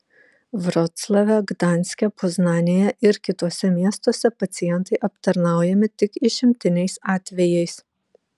vroclave gdanske poznanėje ir kituose miestuose pacientai aptarnaujami tik išimtiniais atvejais